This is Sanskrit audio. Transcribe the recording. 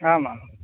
आमां